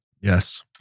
Yes